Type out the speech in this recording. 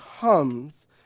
comes